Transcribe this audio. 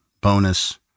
bonus